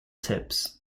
tips